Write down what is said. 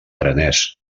aranès